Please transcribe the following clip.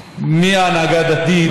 כל ההנהגה של העדה הדרוזית,